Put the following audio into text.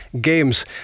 games